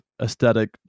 aesthetic